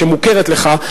שמוכרת לך,